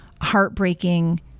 heartbreaking